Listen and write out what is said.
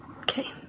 Okay